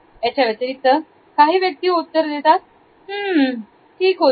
याव्यतिरिक्त काही व्यक्ती उत्तर देतात 'होsss ठीक होती